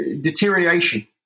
deterioration